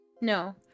no